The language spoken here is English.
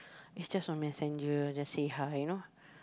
is just on messenger just say hi you know